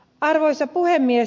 arvoisa puhemies